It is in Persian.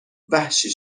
وحشی